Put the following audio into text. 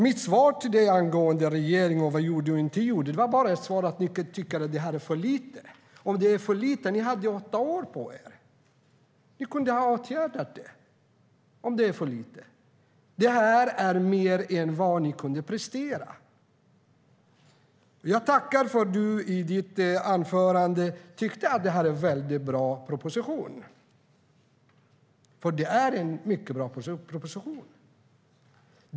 Mitt svar till dig, Ida Drougge, angående vad regeringen gjorde och inte gjorde var att om ni tycker att det här är för lite hade ni åtta år på er. Ni kunde ha åtgärdat det, om det är för lite. Det här är mer än ni kunde prestera. Jag tackar för att du sa att det här är en väldigt bra proposition. Det är en mycket bra proposition.